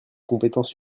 compétences